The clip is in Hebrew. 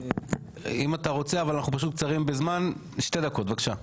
אם אתה רוצה אבל אנחנו קצרים בזמן שתי דקות בבקשה.